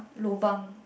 lobang